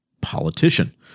politician